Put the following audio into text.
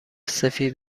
سفید